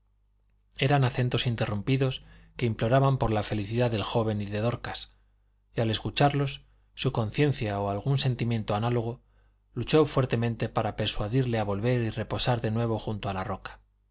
eran acentos interrumpidos que imploraban por la felicidad del joven y de dorcas y al escucharlos su conciencia o algún sentimiento análogo luchó fuertemente para persuadirle a volver y reposar de nuevo junto a la roca